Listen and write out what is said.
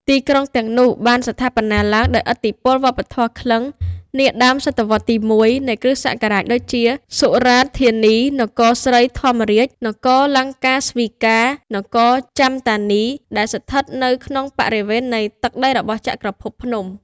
ទីក្រុងទាំងនោះបានស្ថាបនាឡើងដោយ ឥទ្ធិពលវប្បធម៌ក្លិង្គ នាដើមសតវត្សរ៍ទី១ នៃគ្រិស្តសករាជ ដូចជា សុរាតធានី នគរស្រី ធម្មរាជ នគរលង្កាស្វីកា នគរចាំតានី ដែលស្ថិតក្នុងបរិវេណនៃទឹកដីរបស់ ចក្រភពភ្នំ។